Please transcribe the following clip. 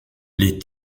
les